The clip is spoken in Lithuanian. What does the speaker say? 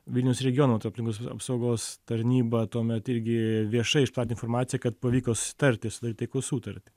vilniaus regiono aplinkos apsaugos tarnyba tuomet irgi vieša išplatinta informacija kad pavyko susitarti sudaryti taikos sutartį